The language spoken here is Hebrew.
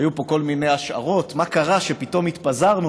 היו פה כל מיני השערות: מה קרה שפתאום התפזרנו?